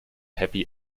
happy